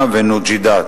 בעינה ונוג'ידאת